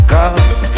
Cause